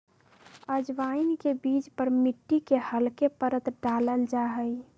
अजवाइन के बीज पर मिट्टी के हल्के परत डाल्ल जाहई